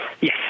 Yes